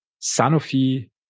Sanofi